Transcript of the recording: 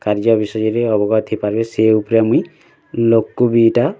କାର୍ଯ୍ୟ ବିଷୟରେ ଅବଗତ ହେଇ ପାରବେ ସେ ଉପରେ ମୁଇଁ ଲୋକ୍ ବି ଇଟା